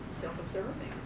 self-observing